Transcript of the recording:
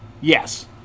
Yes